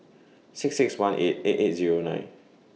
six six one eight eight eight Zero nine